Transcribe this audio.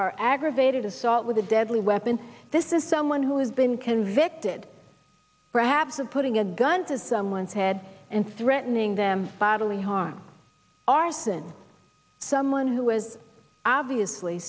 are aggravated assault with a deadly weapon this is someone who has been convicted perhaps of putting a gun to someone's head and threatening them bodily harm arson someone who has obviously